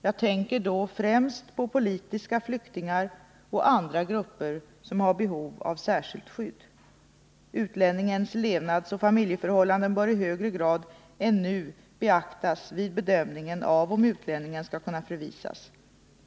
jag tänker då främst på politiska flyktingar och andra grupper som har behov av särskilt skydd. Utlänningens levnadsoch familjeförhållanden bör i högre grad än nu beaktas vid bedömningen av om utlänningen skall kunna förvisas.